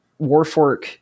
Warfork